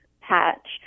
patch